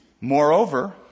Moreover